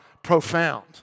profound